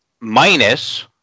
Minus